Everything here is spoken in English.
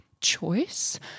choice